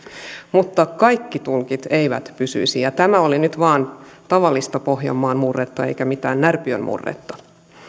mutta kaikki tulkit eivät pysyisi ja tämä oli nyt vain tavallista pohjanmaan murretta eikä mitään närpion murretta